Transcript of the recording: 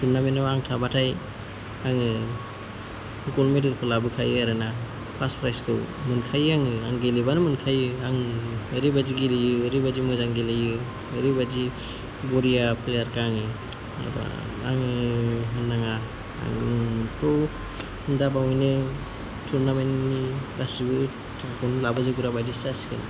टुरनामेन्टआव थाबाथाय आङो गल्ड मेडेलखौ लाबो खायो आरोना फार्स्ट प्राइजखौ मोनखायो आङो आं गेलेबानो मोनखायो आं ओरैबायदि गेलेयो ओरैबायदि मोजां गेलेयो ओरैबायदि बरिया प्लेयारखा आङो आङो होननाङा आङोथ' दाबावैनो टुरनामेन्टनि गासिबो थाखाखौनो लाबोजोबग्रा बायदिसो जासिगोन